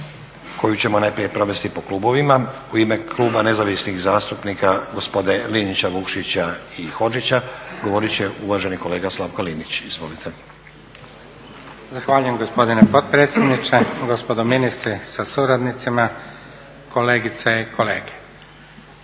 koju ćemo najprije provesti po klubovima. U ime kluba nezavisnih zastupnika, gospode Linića, Vukšića i Hodžića, govorit će uvaženi kolega Slavko Linć. Izvolite. **Linić, Slavko (Nezavisni)** Zahvaljujem gospodine potpredsjedniče. Gospodo ministri sa suradnicima, kolegice i kolege.